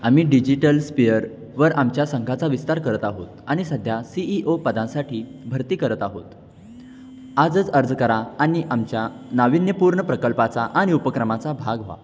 आम्ही डिजिटल स्पेअरवर आमच्या संघाचा विस्तार करत आहोत आणि सध्या सी ई ओ पदांसाठी भरती करत आहोत आजच अर्ज करा आणि आमच्या नाविन्यपूर्ण प्रकल्पाचा आणि उपक्रमाचा भाग व्हा